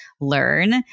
learn